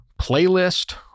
playlist